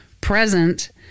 present